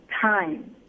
time